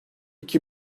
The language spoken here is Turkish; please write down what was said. iki